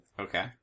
Okay